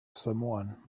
someone